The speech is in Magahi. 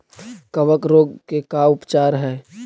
कबक रोग के का उपचार है?